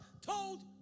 told